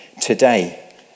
today